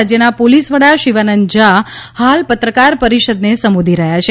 રાજ્યના પોલીસ વડા શિવાનંદ ઝા હાલ પત્રકાર પરિષદને સંબોધી રહ્યા છે